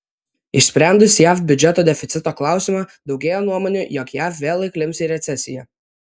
išsprendus jav biudžeto deficito klausimą daugėja nuomonių jog jav vėl įklimps į recesiją